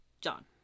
John